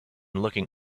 looking